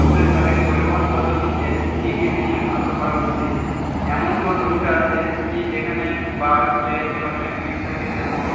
আপনার এলাকায় পরিবহন পদ্ধতিতে কী কী জিনিস উন্নত করা উচিত এমন কোন রুট আছে কি যেখানে বাস ট্রেন সবসময় ভিড় থাকে যেমন